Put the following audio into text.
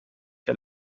der